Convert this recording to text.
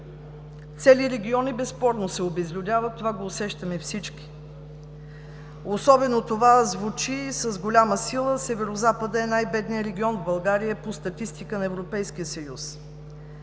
Цели региони безспорно се обезлюдяват – това го усещаме всички. Особено това звучи с голяма сила – Северозападът е най-бедният регион в България по статистика на Европейския съюз.